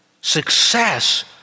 success